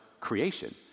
creation